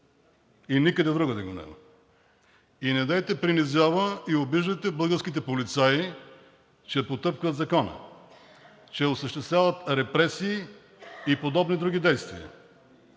Никъде другаде го няма и недейте принизява и обижда българските полицаи, че потъпкват закона, че осъществяват репресии и подобни други действия.